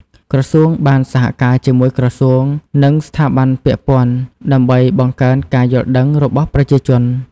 ក្រសួងបានសហការជាមួយក្រសួងនិងស្ថាប័នពាក់ព័ន្ធដើម្បីបង្កើនការយល់ដឹងរបស់ប្រជាជន។